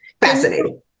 fascinating